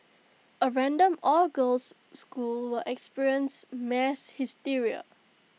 A random all girls school will experience mass hysteria